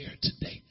today